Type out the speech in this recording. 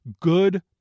good